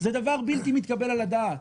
זה דבר בלתי מתקבל על הדעת,